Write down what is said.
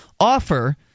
offer